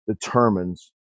determines